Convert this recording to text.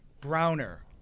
Browner